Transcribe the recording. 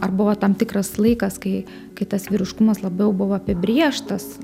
ar buvo tam tikras laikas kai kai tas vyriškumas labiau buvo apibrėžtas